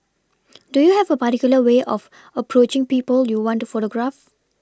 do you have a particular way of approaching people you want to photograph